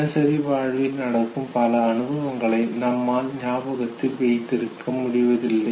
தினசரி வாழ்வில் நடக்கும் பல அனுபவங்களை நம்மால் ஞாபகத்தில் வைத்திருக்க முடிவதில்லை